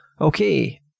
Okay